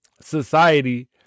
society